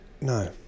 no